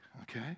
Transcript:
Okay